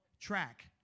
Track